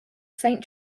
saint